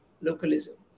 localism